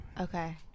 Okay